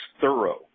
thorough